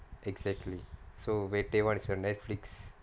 exactly so Vettai one is on Netflix